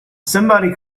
somebody